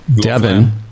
Devin